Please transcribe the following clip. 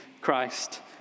Christ